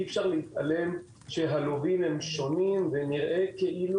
אי אפשר להתעלם שהלווים שונים ונראה כולם